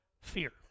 fear